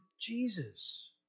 Jesus